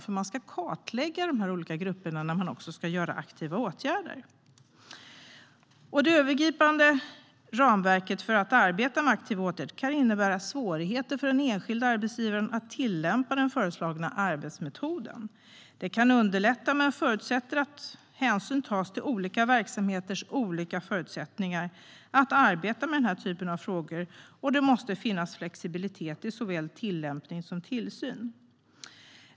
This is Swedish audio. Man ska alltså kartlägga dessa olika grupper samtidigt som man också ska vidta aktiva åtgärder. Det övergripande ramverket för att arbeta med aktiva åtgärder kan innebära svårigheter för den enskilde arbetsgivaren att tillämpa den föreslagna arbetsmetoden. Det kan underlätta, men det förutsätter att hänsyn tas till olika verksamheters olika förutsättningar för att arbeta med denna typ av frågor. Det måste också finnas flexibilitet i såväl tillämpning som tillsyn.